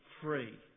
free